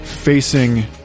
facing